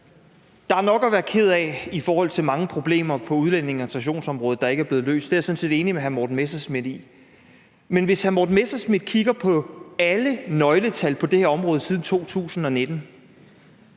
Der er nok at være ked af i forhold til mange problemer på udlændinge- og integrationsområdet, der ikke er blevet løst; det er jeg sådan set enig med hr. Morten Messerschmidt i. Men hvis hr. Morten Messerschmidt kigger på alle nøgletal på det her område siden 2019,